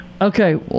Okay